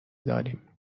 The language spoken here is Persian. داریم